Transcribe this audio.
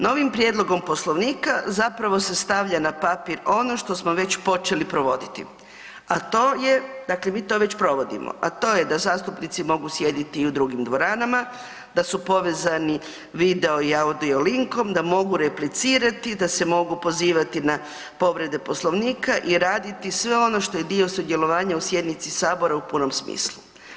Novim prijedlogom Poslovnika zapravo se stavlja na papir ono što smo već počeli provoditi, a to je, dakle mi to već provodimo, a to je da zastupnici mogu sjediti i u drugim dvoranama, da su povezani video i audio linkom, da mogu replicirati, da se mogu pozivati na povrede Poslovnika i raditi sve ono što je dio sudjelovanja u sjednici Sabora u punom smislu.